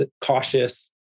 cautious